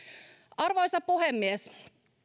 arvoisa puhemies